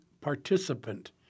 participant